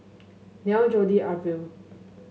Neil Jodi Arvil